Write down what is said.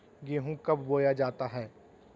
गेंहू कब बोया जाता हैं?